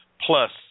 Plus